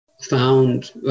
found